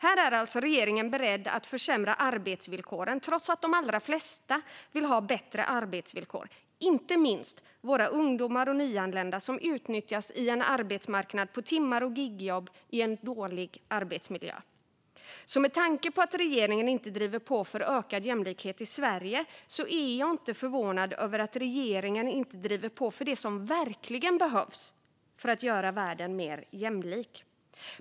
Här är regeringen alltså beredd att försämra arbetsvillkoren, trots att de allra flesta vill ha bättre arbetsvillkor, inte minst våra ungdomar och nyanlända som utnyttjas i en arbetsmarknad med jobb på timmar och gigjobb i dålig arbetsmiljö. Med tanke på att regeringen inte driver på för ökad jämlikhet i Sverige är jag inte förvånad över att regeringen inte driver på för det som verkligen behövs för att göra världen mer jämlik.